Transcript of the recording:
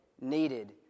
needed